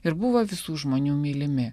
ir buvo visų žmonių mylimi